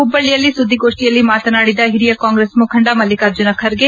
ಹುಬ್ಬಳ್ಳಿಯಲ್ಲಿ ಸುದ್ದಿಗೋಷ್ಠಿಯಲ್ಲಿ ಮಾತನಾದಿದ ಹಿರಿಯ ಕಾಂಗ್ರೆಸ್ ಮುಖಂಡ ಮಲ್ಲಿಕಾರ್ಜುನ ಖರ್ಗೆ